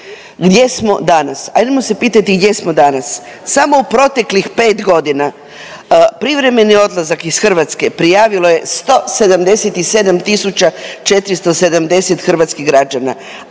Gdje smo danas? Ajdemo se pitati gdje smo danas? Samo u proteklih 5.g. privremeni odlazak iz Hrvatske prijavilo je 177 tisuća 470 hrvatskih građana,